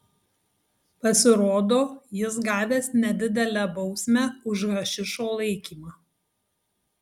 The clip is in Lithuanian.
pasirodo jis gavęs nedidelę bausmę už hašišo laikymą